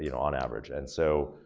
you know on average. and so,